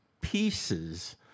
pieces